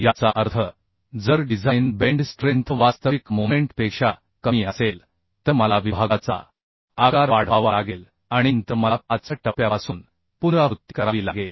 याचा अर्थ जर डिझाइन बेंड स्ट्रेंथ वास्तविक मोमेंट पेक्षा कमी असेल तर मला विभागाचा आकार वाढवावा लागेल आणि नंतर मला पाचव्या टप्प्यापासून पुनरावृत्ती करावी लागेल